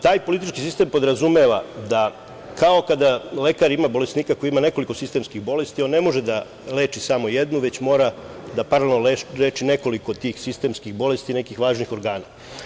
Taj politički sistem podrazumeva da kao kada lekar ima bolesnika koji ima nekoliko sistemskih bolesti, on ne može da leči samo jednu, već mora da paralelno nekoliko tih sistemskih bolesti, nekih važnih organa.